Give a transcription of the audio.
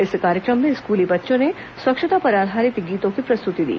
इस कार्यक्रम में स्कूली बच्चों ने स्वच्छता पर आधारित गीतों की प्रस्तुति दी